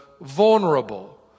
vulnerable